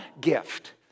gift